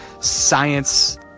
science